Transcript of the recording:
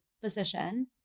position